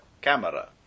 CAMERA